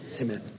Amen